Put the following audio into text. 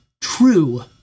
true